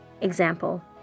Example